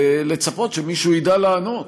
ולצפות שמישהו ידע לענות,